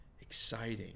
exciting